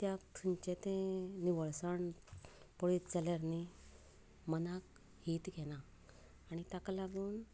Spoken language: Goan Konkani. कित्याक थंयचें तें निवळसाण पळयत जाल्यार न्ही मनाक हीत घेना आनी ताका लागून